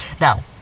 Now